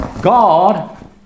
God